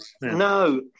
No